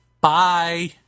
Bye